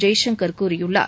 ஜெய்சங்கர் கூறியுள்ளார்